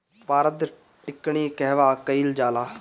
पारद टिक्णी कहवा कयील जाला?